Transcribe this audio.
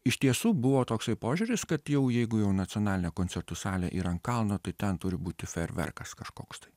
iš tiesų buvo toksai požiūris kad jau jeigu jau nacionalinė koncertų salė yra ant kalno tai ten turi būti fejerverkas kažkoks tai